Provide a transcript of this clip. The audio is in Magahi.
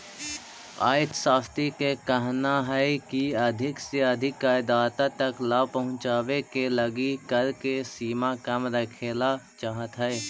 अर्थशास्त्रि के कहना हई की अधिक से अधिक करदाता तक लाभ पहुंचावे के लगी कर के सीमा कम रखेला चाहत हई